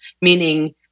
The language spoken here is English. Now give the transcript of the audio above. meaning